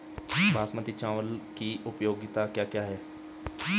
बासमती चावल की उपयोगिताओं क्या क्या हैं?